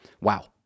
Wow